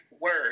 word